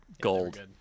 gold